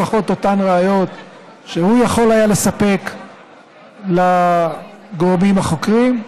לפחות אותן ראיות שהוא יכול היה לספק לגורמים החוקרים.